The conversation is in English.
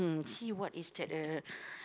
mm see what is that uh